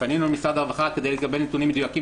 פנינו למשרד הרווחה כדי לקבל נתונים מדויקים